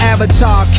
Avatar